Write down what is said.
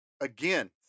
again